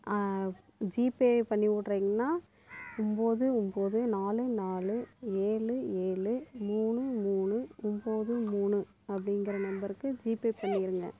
GPay பண்ணி விட்றிங்கன்னா ஒம்பது ஒம்பது நாலு நாலு ஏழு ஏழு மூணு மூணு ஒம்பது மூணு அப்படிங்குற நம்பருக்கு ஜிபே பண்ணிவிடுங்க